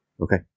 Okay